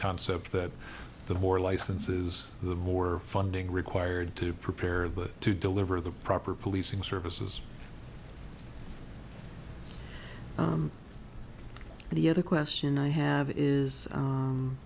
concept that the more licenses the more funding required to prepare that to deliver the proper policing services and the other question i have is